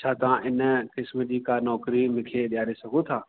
छा त इन क़िस्म जी का नौकरी मूंखे ॾियारे सघो था